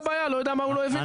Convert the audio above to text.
לא יודע מה הוא לא הבין.